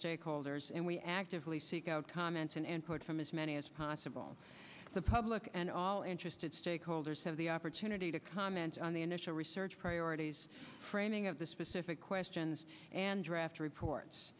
stakeholders and we actively seek out comments and quotes from as many as possible the public and all interested stakeholders have the opportunity to comment on the initial research priorities framing of the specific questions and draft reports